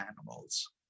animals